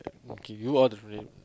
okay you are the